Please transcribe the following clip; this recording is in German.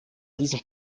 diesem